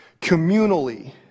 communally